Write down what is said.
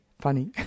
funny